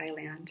Thailand